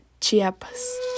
Chiapas